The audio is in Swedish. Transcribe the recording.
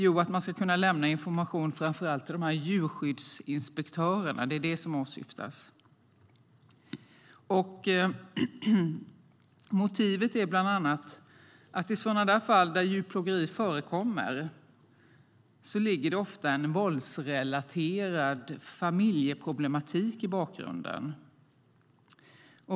Jo, att man ska kunna lämna information framför allt till djurskyddsinspektörerna. Det är det som åsyftas. Motivet är bland annat att det i sådana fall där djurplågeri förekommer ofta ligger en våldsrelaterad familjeproblematik i bakgrunden.